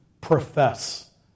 profess